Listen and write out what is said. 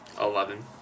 Eleven